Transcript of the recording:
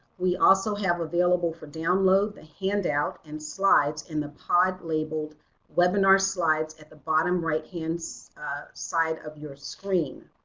we also have available for download the handout and slides in the pod labeled webinar slides at the bottom right hand so side of your screen.